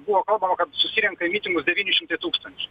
buvo kalbama kad susirenka į mitingus devyni šimtai tūkstančių